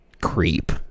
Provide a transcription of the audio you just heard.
creep